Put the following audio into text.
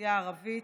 האוכלוסייה הערבית